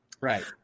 Right